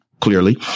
clearly